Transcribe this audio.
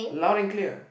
loud and clear